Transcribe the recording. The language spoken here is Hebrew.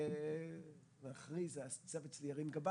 באמת כמו שניר אמר,